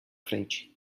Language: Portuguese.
frente